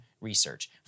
research